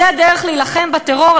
זו הדרך להילחם בטרור?